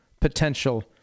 potential